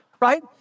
right